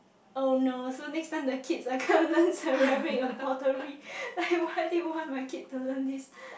oh no so next time the kids like come and learn ceramic and pottery like why do you want my kid to learn this